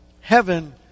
Heaven